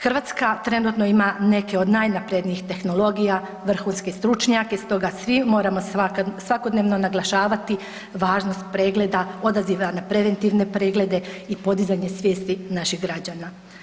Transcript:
Hrvatska trenutno ima neke od najnaprednijih tehnologija, vrhunske stručnjake stoga svi moramo svakodnevno naglašavati važnost pregleda, odaziva na preventivne preglede i podizanje svijesti naših građana.